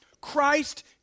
Christ